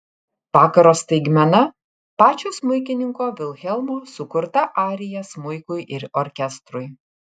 vakaro staigmena pačio smuikininko vilhelmo sukurta arija smuikui ir orkestrui